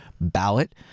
ballot